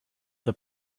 the